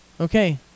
Okay